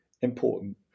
important